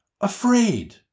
afraid